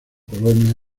colonia